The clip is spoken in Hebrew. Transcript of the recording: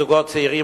זוגות צעירים,